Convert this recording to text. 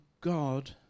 god